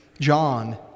John